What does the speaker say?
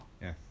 Yes